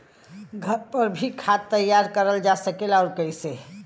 घर पर भी खाद तैयार करल जा सकेला और कैसे?